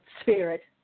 spirit